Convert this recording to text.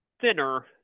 thinner